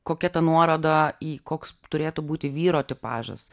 kokia ta nuoroda į koks turėtų būti vyro tipažas